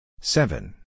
Seven